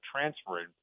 transferring